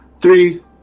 Three